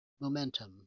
momentum